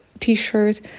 t-shirt